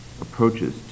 approaches